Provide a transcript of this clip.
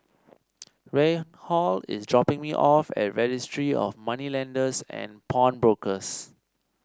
Reinhold is dropping me off at Registry of Moneylenders and Pawnbrokers